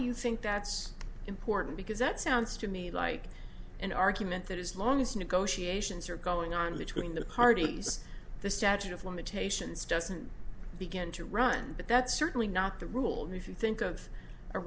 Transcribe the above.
you think that's important because it sounds to me like an argument that as long as negotiations are going on between the parties the statute of limitations doesn't begin to run but that's certainly not the rule and if you think of a